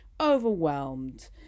overwhelmed